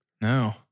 No